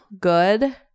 good